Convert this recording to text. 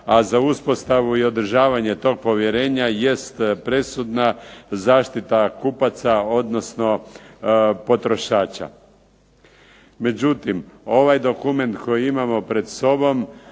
a za uspostavu i održavanje tog povjerenja jest presudna zaštita kupaca, odnosno potrošača. Međutim, ovaj dokument koji imamo pred sobom